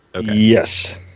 Yes